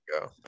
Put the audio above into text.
go